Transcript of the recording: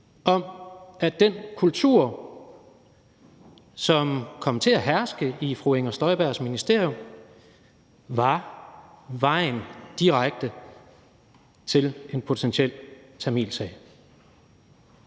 om, at den kultur, som kom til at herske i fru Inger Støjbergs ministerium, var vejen direkte til en potentiel tamilsag.